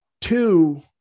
Two